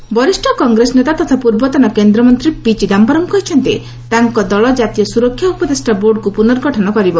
ଚିଦାୟରମ୍ ବରିଷ୍ଣ କଂଗ୍ରେସ ନେତା ତଥା ପୂର୍ବତନ କେନ୍ଦ୍ରମନ୍ତ୍ରୀ ପି ଚିଦାମ୍ଘରମ୍ କହିଛନ୍ତି ତାଙ୍କ ଦଳ କାତୀୟ ସୁରକ୍ଷା ଉପଦେଷ୍ଟା ବୋର୍ଡକୁ ପୁର୍ନଗଠନ କରିବ